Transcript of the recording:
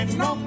no